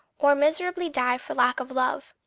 or miserably die for lack of love.